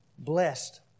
blessed